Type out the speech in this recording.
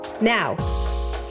Now